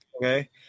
Okay